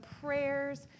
prayers